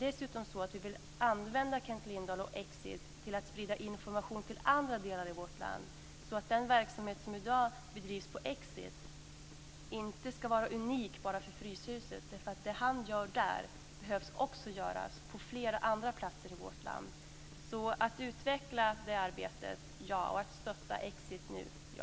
Dessutom vill vi använda Kent Lindahl och Exit för att sprida information till andra delar i vårt land, så att den verksamhet som i dag bedrivs av Exit inte ska vara unik bara för Fryshuset. Det som Kent Lindahl gör på Fryshuset behövs också göras på flera andra platser i vårt land. Alltså: Att utveckla det arbetet: ja. Att stötta Exit nu: ja.